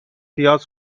پیاز